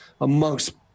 amongst